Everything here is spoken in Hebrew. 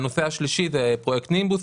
הנושא השלישי הוא פרויקט נימבוס,